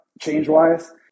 Change-wise